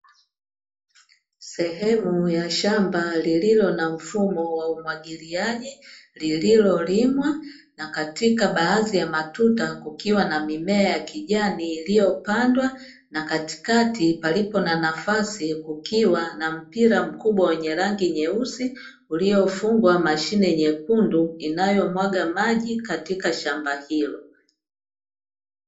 Sehemu ya shamba lililo na mfumo wa umwagiliaji lililolimwa, na katika baadhi ya matuta kukiwa na mimea ya kijani iliyopandwa, na katikati palipo na nafasi kukiwa na mpira mkubwa wenye rangi nyeusi uliofungwa mashine nyekundu inayomwaga maji katika shamba hilo.